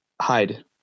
Hide